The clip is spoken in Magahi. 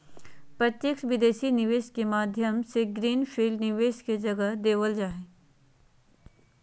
प्रत्यक्ष विदेशी निवेश के माध्यम से ग्रीन फील्ड निवेश के जगह देवल जा हय